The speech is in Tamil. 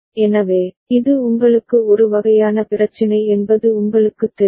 எனவே இது உங்களுக்கு ஒரு வகையான பிரச்சினை என்பது உங்களுக்குத் தெரியும்